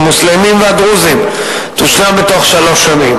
המוסלמים והדרוזיים תושלם בתוך שלוש שנים.